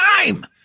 time